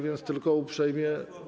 więc tylko uprzejmie.